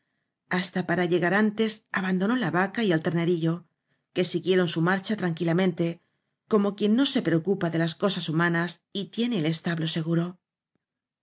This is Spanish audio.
hasta para llegar antes abandonó la vaca y el ternerillo que siguieron su marcha tranquilamente como quien no se preocupa de las cosas humanas y tiene el establo seguro